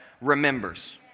remembers